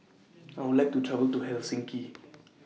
I Would like to travel to Helsinki